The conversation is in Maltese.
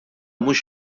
mhux